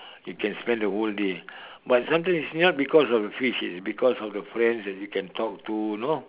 you can spend the whole day but sometimes it's not because of the fish it's because of the friends that you can talk to you know